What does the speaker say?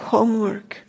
Homework